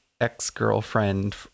ex-girlfriend